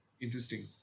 interesting